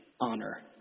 honor